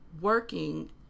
working